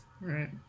Right